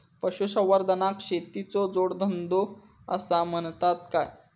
पशुसंवर्धनाक शेतीचो जोडधंदो आसा म्हणतत काय?